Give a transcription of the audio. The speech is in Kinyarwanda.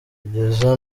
kugeza